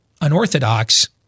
unorthodox